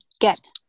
get